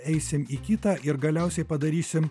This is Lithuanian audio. eisim į kitą ir galiausiai padarysim